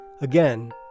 Again